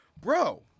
bro